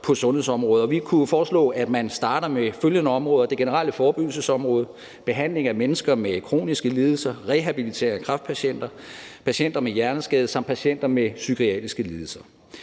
vi kunne jo foreslå, at man starter med følgende områder: det generelle forebyggelsesområde, behandling af mennesker med kroniske lidelser, rehabilitering af kræftpatienter, patienter med hjerneskade samt patienter med psykiatriske lidelser.